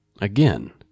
Again